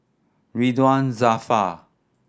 Ridzwan Dzafir